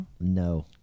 No